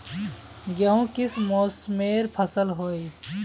गेहूँ किस मौसमेर फसल होय?